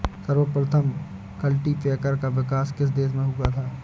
सर्वप्रथम कल्टीपैकर का विकास किस देश में हुआ था?